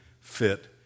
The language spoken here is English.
fit